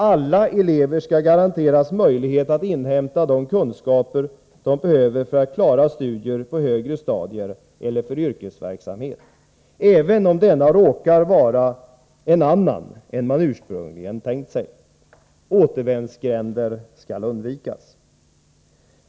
Alla elever skall garanteras möjlighet att inhämta de kunskaper de behöver för att klara studier på högre stadier eller för yrkesverksamhet, även om denna råkar vara en annan än man ursprungligen tänkt sig. Återvändsgränder måste undvikas.